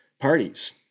parties